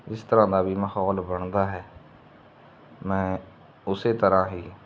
ਜਿਸ ਤਰ੍ਹਾਂ ਦਾ ਵੀ ਮਾਹੌਲ ਬਣਦਾ ਹੈ ਮੈਂ ਉਸ ਤਰ੍ਹਾਂ ਹੀ